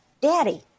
daddy